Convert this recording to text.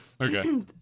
Okay